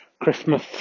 Christmas